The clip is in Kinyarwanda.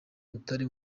butare